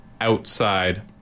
outside